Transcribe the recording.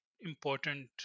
important